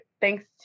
thanks